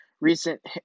Recent